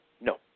No